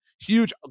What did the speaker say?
Huge